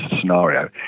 scenario